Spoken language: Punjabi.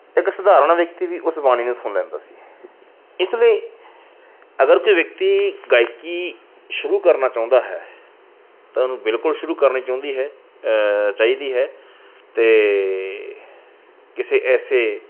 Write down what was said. ਇੱਕ ਸਧਾਰਨ ਵਿਅਕਤੀ ਵੀ ਉਸ ਬਾਣੀ ਨੂੰ ਸੁਣ ਲੈਂਦਾ ਸੀ ਇਸ ਲਈ ਅਗਰ ਕੋਈ ਵਿਅਕਤੀ ਗਾਇਕੀ ਸ਼ੁਰੂ ਕਰਨਾ ਚਾਹੁੰਦਾ ਹੈ ਤਾਂ ਉਹਨੂੰ ਬਿਲਕੁਲ ਸ਼ੁਰੂ ਕਰਨੀ ਚਾਹੁੰਦੀ ਹੈ ਚਾਹੀਦੀ ਹੈ ਅਤੇ ਕਿਸੇ ਐਸੇ